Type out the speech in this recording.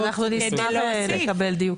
אז אנחנו נשמח לקבל דיוקים.